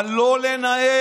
אבל לא לנהל,